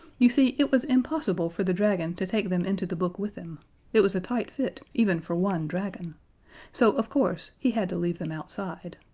you see, it was impossible for the dragon to take them into the book with him it was a tight fit even for one dragon so, of course, he had to leave them outside.